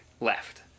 left